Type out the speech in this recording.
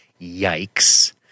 Yikes